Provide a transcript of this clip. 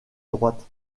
droite